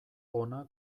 ona